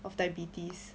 of diabetes